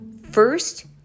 First